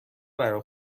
برا